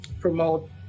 promote